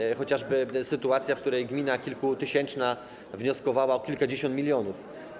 Chodzi chociażby o sytuację, w której gmina kilkutysięczna wnioskowała o kilkadziesiąt milionów.